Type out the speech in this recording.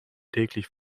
täglich